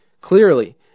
clearly